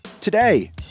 Today